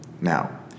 Now